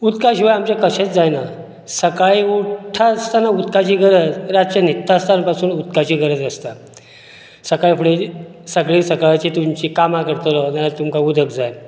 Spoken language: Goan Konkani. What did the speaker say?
उदका शिवाय आमचे कशेंच जायना सकाळीं उठ्ठा आसतना उदकाची गरज रातची न्हिदता आसतना पसून उदकाची गरज आसता सकाळी फुडें सगळी सकाळची तुमची कामां करतलो जाल्यार तुमकां उदक जाय